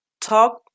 Talk